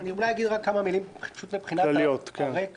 אולי אגיד כמה מילים, רקע בקצרה.